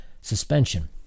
suspension